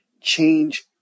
change